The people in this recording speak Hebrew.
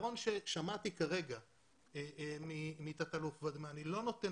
הפתרון ששמעתי כרגע מתת-אלוף ודמני לא נותן